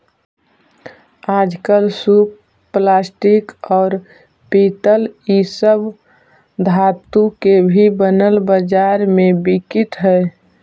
आजकल सूप प्लास्टिक, औउर पीतल इ सब धातु के भी बनल बाजार में बिकित हई